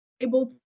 able